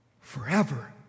forever